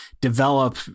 develop